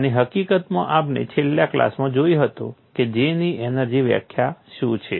અને હકીકતમાં આપણે છેલ્લા ક્લાસમાં જોયું હતું કે J ની એનર્જી વ્યાખ્યા શું છે